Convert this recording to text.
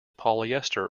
polyester